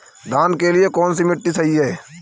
धान के लिए कौन सी मिट्टी सही है?